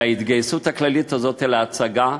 וההתגייסות הכללית הזאת היא להצגה,